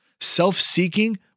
Self-seeking